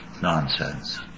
nonsense